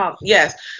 Yes